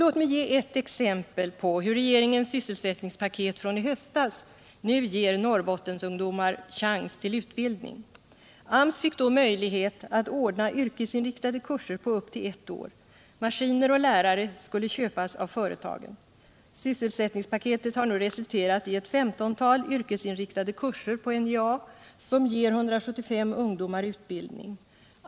Låt mig ge ett exempel på hur regeringens sysselsättningspaket från i höstas nu ger Norrbottens ungdomar chans till utbildning. AMS fick då möjlighet att ordna yrkesinriktade kurser på upp till ett år — maskiner och lärare skulle köpas av företagen. Sysselsättningspaketet har nu resulterat i ett 15-tal yrkesinriktade kurser på NJA, som ger 175 ungdomar utbildning.